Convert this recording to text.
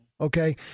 okay